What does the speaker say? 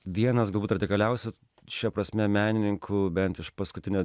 vienas galbūt radikaliausių šia prasme menininkų bent iš paskutinio